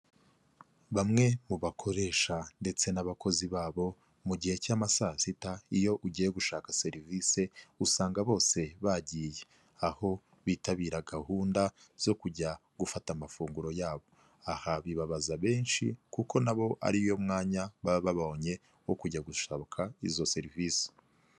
Bamwe mu bakoresha ndetse n'abakozi babo mu gihe cy'ama saa sita iyo ugiye gushaka serivisi usanga bose bagiye aho bitabira gahunda zo kujya gufata amafunguro yabo, aha bibabaza benshi kuko nabo ari wo mwanya baba babonye wo kujya gushaka izo serivisi.